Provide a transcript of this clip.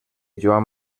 joan